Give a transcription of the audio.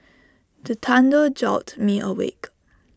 the thunder jolt me awake